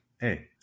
hey